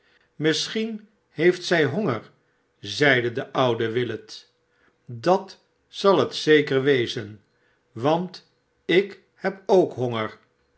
amisschien heeft zij honger zeide de oude willet bat zal het zeker wezen want ik heb k honger